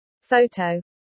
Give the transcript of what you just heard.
Photo